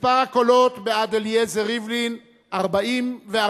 מספר הקולות בעד אליעזר ריבלין, 44,